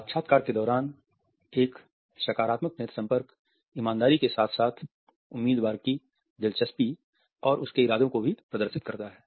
साक्षात्कार के दौरान एक सकारात्मक नेत्र संपर्क ईमानदारी के साथ साथ उम्मीदवार की दिलचस्पी और उसके इरादों को भी प्रदर्शित करता है